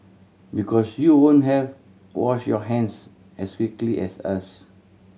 because you won't have washed your hands as quickly as us